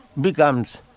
becomes